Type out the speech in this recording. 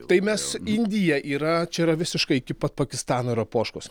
tai mes indija yra čia yra visiškai iki pat pakistano yra poškos